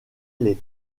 les